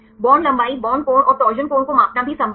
bond लंबाई bond कोण और टॉरशन कोण को मापना भी संभव है